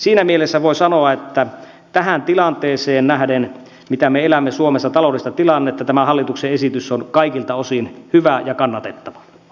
siinä mielessä voi sanoa että tähän tilanteeseen nähden mitä me elämme suomessa taloudelliseen tilanteeseen nähden tämä hallituksen esitys on kaikilta osin hyvä ja kannatettava